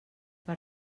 per